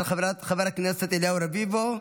של חבר הכנסת אליהו רביבו.